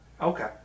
Okay